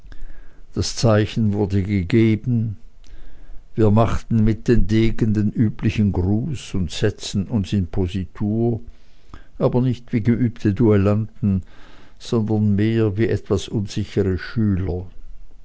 das zeichen wurde gegeben wir machten mit den degen den üblichen gruß und setzten uns in positur aber nicht wie geübte duellanten sondern mehr wie etwas unsichere schüler